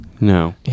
No